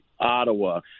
Ottawa